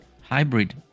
hybrid